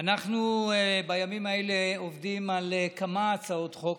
אנחנו בימים האלה עובדים על כמה הצעות חוק.